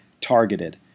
targeted